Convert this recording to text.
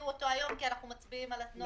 הצבעה לא נתקבלה.